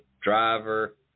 driver